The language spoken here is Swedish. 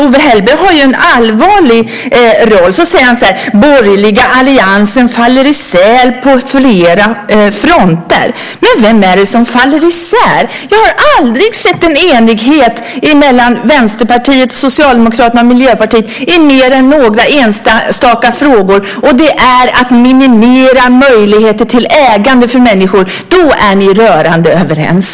Owe Hellberg har en allvarlig roll. Han säger så här: Den borgerliga alliansen faller isär på flera fronter. Men vem är det som faller isär? Jag har inte sett någon enighet mellan Vänsterpartiet, Socialdemokraterna och Miljöpartiet annat än i några enstaka frågor, och det gäller att minimera möjligheter till ägande för människor. Då är ni rörande överens.